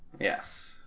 Yes